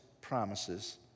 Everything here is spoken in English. promises